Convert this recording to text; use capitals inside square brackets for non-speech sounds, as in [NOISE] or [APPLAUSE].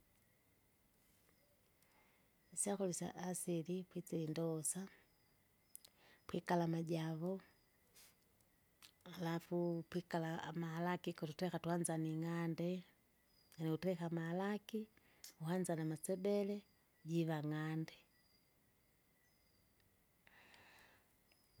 Isyakura isya asili pwisi indosa, pwikala amajavo, alafu pwikala amalaki kututereka twanza ning'ande, niutereka amalaki, mwanza namasebele, jiva ng'ande. [NOISE]